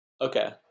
Okay